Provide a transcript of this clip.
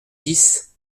dix